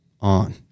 on